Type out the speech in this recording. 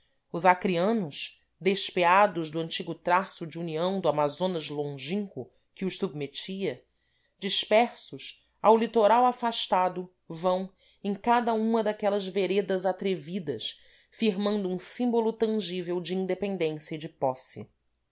os acreanos despeados do antigo traço de união do amazonas longínquo que os submetia dispersos ao litoral afastado vão em cada uma daquelas veredas atrevidas firmando um símbolo tangível de independência e de posse